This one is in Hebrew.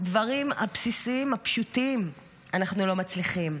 את הדברים הבסיסים, הפשוטים, אנחנו לא מצליחים.